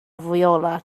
viola